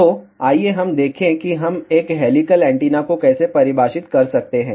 तो आइए हम देखें कि हम एक हेलिकल एंटीना को कैसे परिभाषित कर सकते हैं